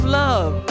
love